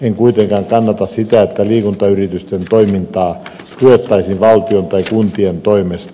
en kuitenkaan kannata sitä että liikuntayritysten toimintaa tuettaisiin valtion tai kuntien toimesta